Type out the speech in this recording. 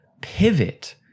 pivot